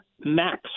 max